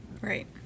Right